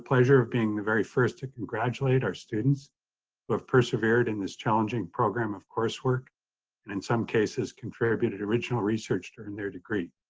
pleasure of being the very first to congratulate our students who have persevered in this challenging program of coursework and, in some cases, contributed original research during their degree.